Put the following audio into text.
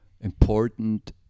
important